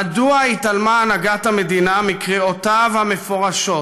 מדוע התעלמה הנהגת המדינה מקריאותיו המפורשות,